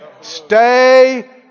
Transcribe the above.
Stay